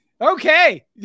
Okay